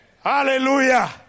Hallelujah